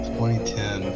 2010